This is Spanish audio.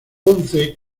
ponce